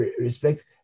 respect